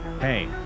Hey